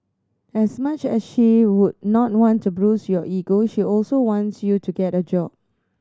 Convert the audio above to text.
as much as she would not want to bruise your ego she also wants you to get a job